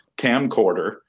camcorder